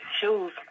shoes